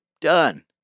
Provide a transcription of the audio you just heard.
Done